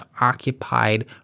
occupied